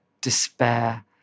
despair